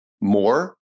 more